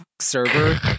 server